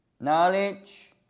Knowledge